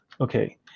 Okay